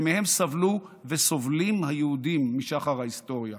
שמהם סבלו וסובלים היהודים משחר ההיסטוריה,